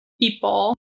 people